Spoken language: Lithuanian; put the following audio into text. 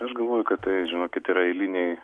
aš galvoju kad žinokit yra eiliniai